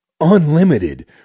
unlimited